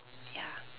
ya